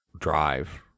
drive